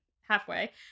halfway